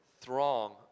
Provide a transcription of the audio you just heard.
throng